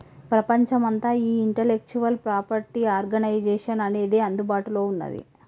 ప్రపంచమంతా ఈ intellectual property organisation అనేది అందుబాటులో ఉన్నది